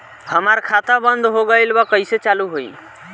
हमार खाता बंद हो गइल बा कइसे चालू होई?